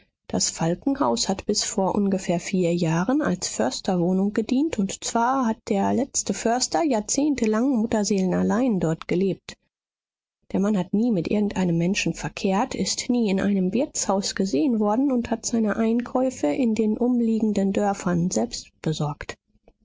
das falkenhaus hat bis vor ungefähr vier jahren als försterwohnung gedient und zwar hat der letzte förster jahrzehntelang mutterseelenallein dort gelebt der mann hat nie mit irgendeinem menschen verkehrt ist nie in einem wirtshaus gesehen worden und hat seine einkäufe in den umliegenden dörfern selbst besorgt